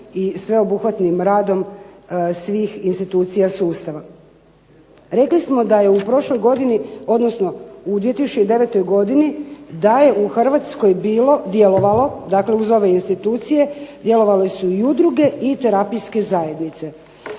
i sveobuhvatnim radom svih institucija sustava. Rekli smo da je u prošloj godini, odnosno u 2009. godini da je u Hrvatskoj bilo, djelovalo dakle uz ove institucije djelovale su i udruge i terapijske zajednice.